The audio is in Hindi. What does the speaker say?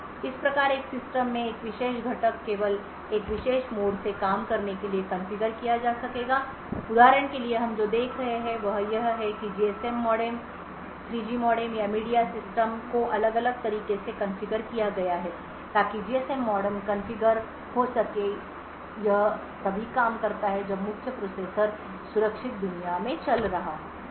इस प्रकार एक सिस्टम में एक विशेष घटक को केवल एक विशेष मोड से काम करने के लिए कॉन्फ़िगर किया जा सकेगा उदाहरण के लिए हम जो देख रहे हैं वह यह है कि जीएसएम मॉडम 3 जी मॉडेम और मीडिया सिस्टम को अलग अलग तरीके से कॉन्फ़िगर किया गया है ताकि जीएसएम मॉडेम कॉन्फ़िगर हो सके यह तभी काम करता है जब मुख्य प्रोसेसर सुरक्षित दुनिया में चल रहा हो